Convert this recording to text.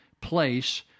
place